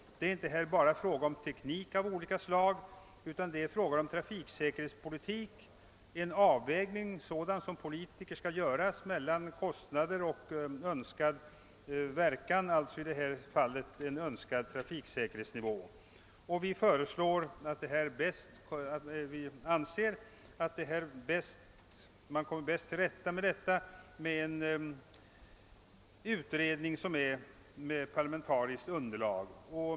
Det gäller inte bara teknik av olika slag utan det rör sig om trafiksäkerhetspolitik, en avvägning som måste göras av politikerna mellan kostnader och önskad verkan, i detta fall en önskad trafiksäkerhetsnivå. Vi anser därför det vara bäst att tillsätta en utredning med parlamentariskt underlag.